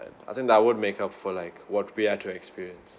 and I think that would make up for like what we had to experience